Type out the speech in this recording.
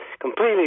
completely